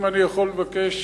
אם אני יכול לבקש,